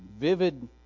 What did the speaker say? vivid